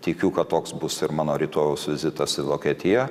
tikiu kad toks bus ir mano rytojaus vizitas į vokietiją